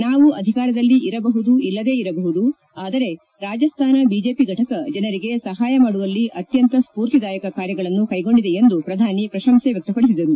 ನಾವು ಅಧಿಕಾರದಲ್ಲಿ ಇರಬಹುದು ಇಲ್ಲದೇ ಇರಬಹುದು ಆದರೆ ರಾಜಸ್ತಾನ ಬಿಜೆಪಿ ಫಟಕ ಜನರಿಗೆ ಸಹಾಯ ಮಾಡುವಲ್ಲಿ ಅತ್ಯಂತ ಸ್ವೂರ್ತಿದಾಯಕ ಕಾರ್ಯಗಳನ್ನು ಕೈಗೊಂಡಿದೆ ಎಂದು ಪ್ರಶಂಸೆ ವ್ಲಕ್ಷಪಡಿಸಿದರು